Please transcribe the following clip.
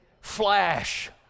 Flash